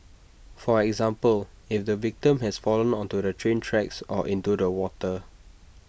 for example if the victim has fallen onto the train tracks or into the water